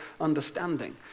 understanding